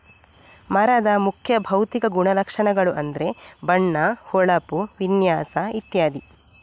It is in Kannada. ಮರದ ಮುಖ್ಯ ಭೌತಿಕ ಗುಣಲಕ್ಷಣಗಳು ಅಂದ್ರೆ ಬಣ್ಣ, ಹೊಳಪು, ವಿನ್ಯಾಸ ಇತ್ಯಾದಿ